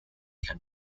can